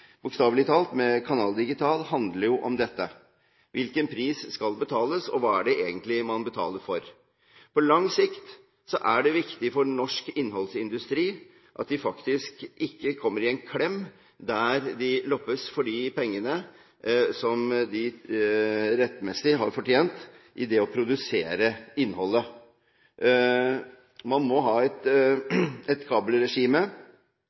bokstavelig talt, med Canal Digital, handler om dette. Hvilken pris skal betales, og hva er det egentlig man betaler for? På lang sikt er det viktig for norsk innholdsindustri at de faktisk ikke kommer i klem, der de loppes for de pengene som de rettmessig har fortjent på det å produsere innholdet. Man må ha et kabelregime